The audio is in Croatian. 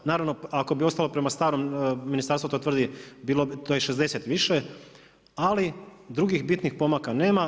Naravno ako bi ostalo prema starom ministarstvu to tvrdi to je 60 više, ali drugih bitnih pomaka nema.